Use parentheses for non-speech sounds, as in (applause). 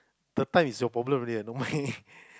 third time is your problem already not mine (laughs)